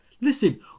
listen